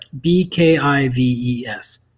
B-K-I-V-E-S